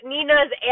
Nina's